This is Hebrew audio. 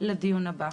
לדיון הבא.